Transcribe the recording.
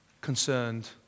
concerned